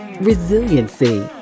resiliency